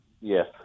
Yes